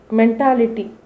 mentality